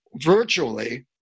virtually